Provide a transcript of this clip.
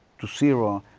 to zero.